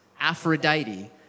Aphrodite